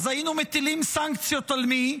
אז היינו מטילים סנקציות על מי?